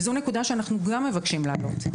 זו נקודה שאנחנו כולנו מבקשים להעלות.